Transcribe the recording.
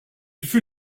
fut